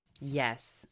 Yes